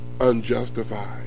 Unjustified